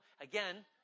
Again